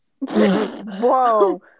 Whoa